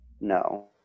no